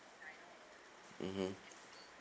mmhmm